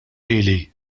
lili